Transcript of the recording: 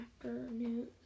afternoon